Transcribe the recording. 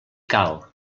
cal